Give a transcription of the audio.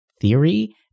theory